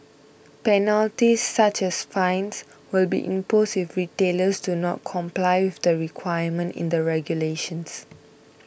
penalties such as fines will be imposed if retailers do not comply with the requirement in the regulations